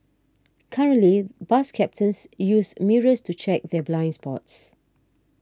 currently bus captains use mirrors to check their blind spots